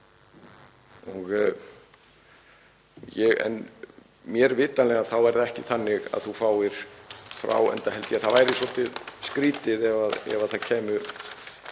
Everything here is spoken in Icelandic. Mér vitanlega er það ekki þannig að þú fáir — enda held ég að það væri svolítið skrýtið ef slíkar